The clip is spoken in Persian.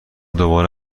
دوباره